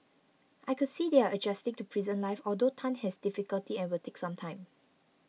I could see they are adjusting to prison life although Tan has difficulty and will take some time